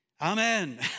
Amen